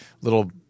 little